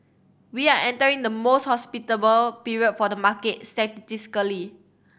we are entering the most hospitable period for the market statistically